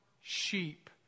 sheep